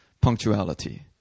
punctuality